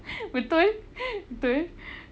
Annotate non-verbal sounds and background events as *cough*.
*laughs* betul *laughs*